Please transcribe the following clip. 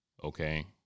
Okay